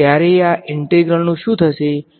ત્યારે આ ઇન્ટિગ્રલનું શું થશે તે મને મળશે